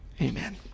Amen